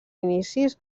inicis